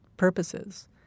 purposes